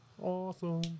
awesome